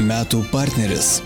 metų partneris